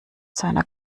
seiner